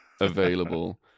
available